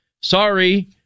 Sorry